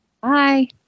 Bye